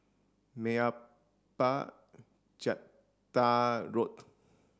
Meyappa Road